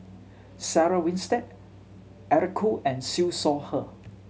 Sarah Winstedt Eric Khoo and Siew Shaw Her